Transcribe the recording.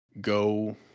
go